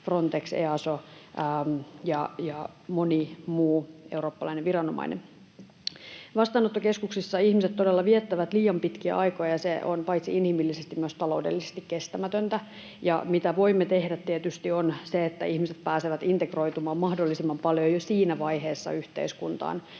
Frontex, EASO ja moni muu eurooppalainen viranomainen. Vastaanottokeskuksissa ihmiset todella viettävät liian pitkiä aikoja, ja se on paitsi inhimillisesti myös taloudellisesti kestämätöntä. Mitä voimme tehdä on tietysti se, että ihmiset pääsevät integroitumaan mahdollisimman paljon jo siinä vaiheessa yhteiskuntaan: